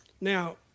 Now